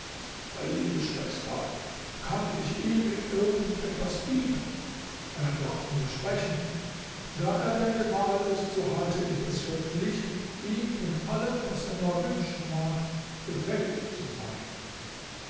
liebe schwester kann ich ihm in irgend etwas dienen er darf nur sprechen da er dein gemahl ist so halte ich es für pflicht ihm in allem was er nur wünschen mag gefällig zu sein